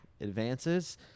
advances